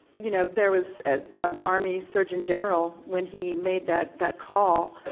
you know there was the army surgeon general when he made that that call,